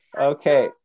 Okay